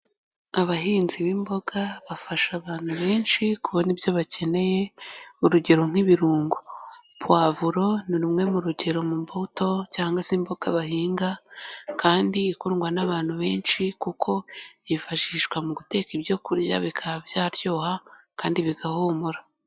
Abahinzi b'imboga bafasha abantu benshi kubona ibyo bakeneye, urugero nk'ibirungo, povuro ni rumwe mu rugero mu mbuto cyangwa se imboga bahinga kandi ikundwa n'abantu benshi kuko yifashishwa mu guteka ibyo kurya bikaba byaryoha kandi bigahumura.